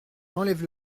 enlève